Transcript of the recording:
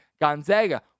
Gonzaga